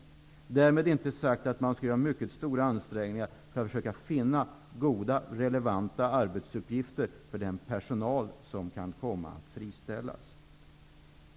Därmed inte sagt att man inte skall göra mycket stora ansträngningar för att försöka finna goda relevanta arbetsuppgifter för den personal som kan komma att friställas.